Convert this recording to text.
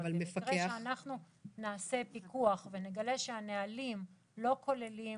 אבל במקרה שאנחנו נעשה פיקוח ונגלה שהנהלים לא כוללים